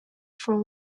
from